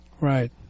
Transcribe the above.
Right